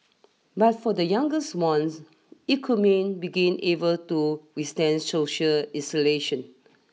but for the youngest ones it could mean begin able to withstand social isolation